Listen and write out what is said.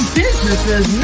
businesses